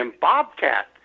Bobcat